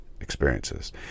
experiences